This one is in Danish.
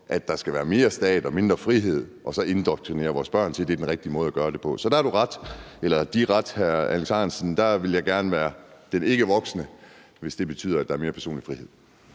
at der skal være mere stat og mindre frihed, og så indoktrinere vores børn om, at det er den rigtige måde at gøre det på. Så der har De ret, hr. Alex Ahrendtsen; der vil jeg gerne være den ikkevoksne, hvis det betyder, at der er mere personlig frihed.